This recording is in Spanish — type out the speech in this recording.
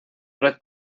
red